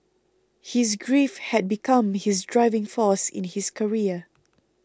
his grief had become his driving force in his career